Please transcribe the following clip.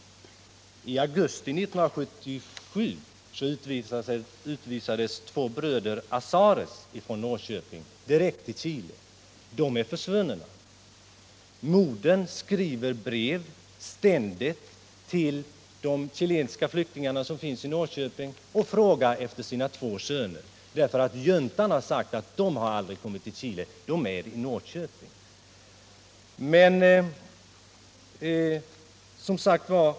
I augusti 1977 utvisades två bröder Asarez i Norrköping till Chile. De är försvunna. Modern skriver ständigt brev till de chilenska flyktingarna i Norrköping och frågar efter sina två söner, därför att juntan säger att de aldrig kommit till Chile utan är i Norrköping.